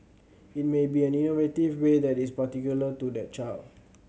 it may be an innovative way that is particular to that child